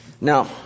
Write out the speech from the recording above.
Now